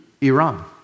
Iran